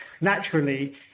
naturally